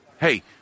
hey